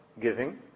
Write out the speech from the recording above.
giving